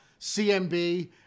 CMB